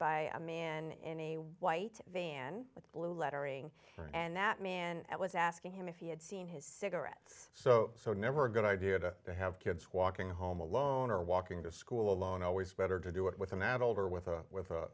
i'm in a white van with blue lettering and that man was asking him if he had seen his cigarettes so so never a good idea to have kids walking home alone or walking to school alone always better to do it with an adult or with a with